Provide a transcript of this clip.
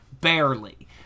Barely